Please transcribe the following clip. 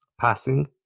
Passing